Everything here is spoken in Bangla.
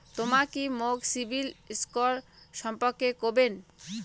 তমা কি মোক সিবিল স্কোর সম্পর্কে কবেন?